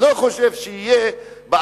לא חושב שבעתיד,